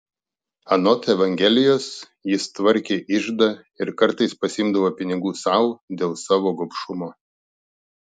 anot evangelijos jis tvarkė iždą ir kartais pasiimdavo pinigų sau dėl savo gobšumo